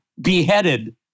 beheaded